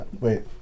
Wait